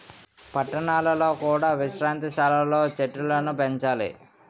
పట్టణాలలో కూడా విశ్రాంతి సాలలు లో చెట్టులను పెంచాలి